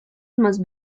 más